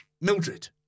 Mildred